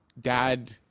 Dad